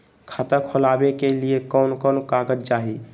खाता खोलाबे के लिए कौन कौन कागज चाही?